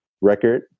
record